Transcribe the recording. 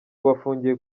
bafungiye